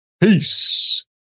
Peace